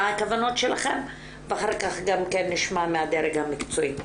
הכוונות שלכם ואחר כך גם כן נשמע מהדרג המקצועי.